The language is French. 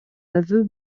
aveu